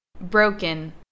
Broken